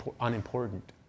unimportant